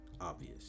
obvious